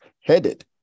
headed